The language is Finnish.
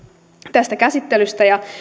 tästä käsittelystä ja